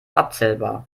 abzählbar